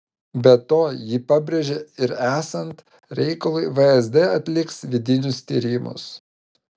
be to ji pabrėžė ir esant reikalui vsd atliks vidinius tyrimus